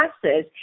classes